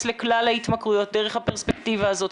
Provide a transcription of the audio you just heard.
לכלל ההתמכרויות דרך הפרספקטיבה הזאת.